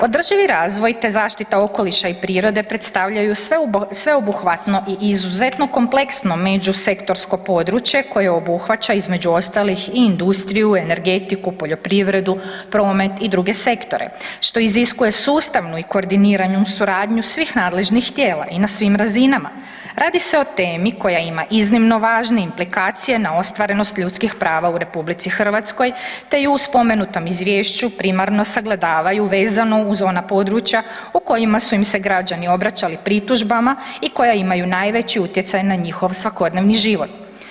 Održivi razvoj te zaštita okoliša i prirode predstavljaju sveobuhvatno i izuzetno kompleksno međusektorsko područje koje obuhvaća između ostalih i industriju, energetiku, poljoprivredu, prometi druge sektore što iziskuje sustavnu i koordiniranu suradnju svih nadležnih tijela i na svim razinama, radi se o temi koja ima iznimno važne implikacije na ostvarenost ljudskih prava u RH te i u spomenutom izvješću primarno sagledavaju vezano uz ona područja u kojima su im se građani obraćali pritužbama i koja imaju najveći utjecaj na njihov svakodnevni život.